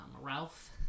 Ralph